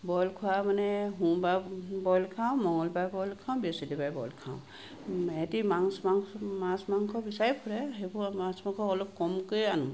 boil খোৱা মানে সোমবাৰে বইল খাওঁ মঙ্গলবাৰে বইল খাওঁ বৃহস্পতিবাৰে বইল খাওঁ ইহঁতি মাছ মাং মাছ মাংস বিচাৰি ফুৰে সেইবোৰ আৰু মাছ মাংস হ'লেও কমকৈয়ে আনো